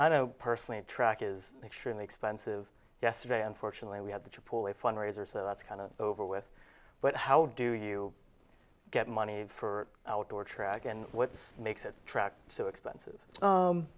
i know personally track is extremely expensive yesterday unfortunately we had to pull a fundraiser so that's kind of over with but how do you get money for outdoor track and what makes a track so expensive